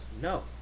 No